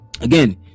again